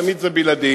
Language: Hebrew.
ותמיד זה בלעדי,